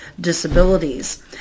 disabilities